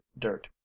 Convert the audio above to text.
dirt